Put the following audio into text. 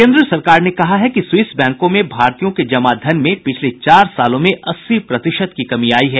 केन्द्र सरकार ने कहा है कि स्विस बैंकों में भारतीयों के जमा धन में पिछले चार सालों में अस्सी प्रतिशत की कमी आई है